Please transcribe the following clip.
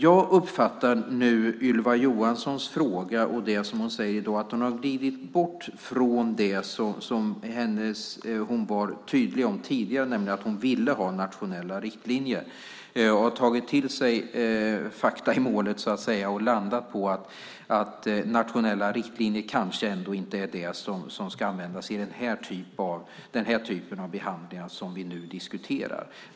Jag uppfattar nu Ylva Johanssons fråga och det som hon säger som att hon har glidit bort från det som hon var tydlig med tidigare, nämligen att hon ville ha nationella riktlinjer, och har tagit till sig fakta i målet, så att säga, och landat på att nationella riktlinjer kanske ändå inte är det som ska användas i den typ av behandlingar som vi nu diskuterar.